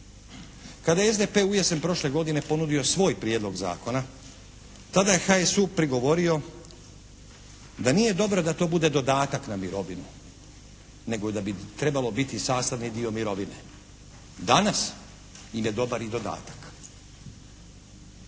Kada je SDP ujesen prošle godine ponudio svoj Prijedlog zakona tada je HSU prigovorio da nije dobro da to bude dodatak na mirovinu nego da bi trebalo biti sastavni dio mirovine. Danas im je dobar i dodatak.